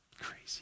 Crazy